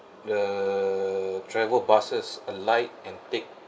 the travel buses alight and take